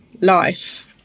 life